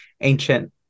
ancient